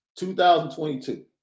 2022